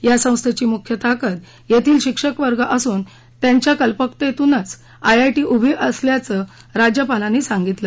या मख्य ताकद येथील शिक्षकवर्ग असून त्यांच्या कल्पकतेतूनच आयआयटी उभरली असल्याचे राज्यपालांनी सांगितले